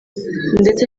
ndetse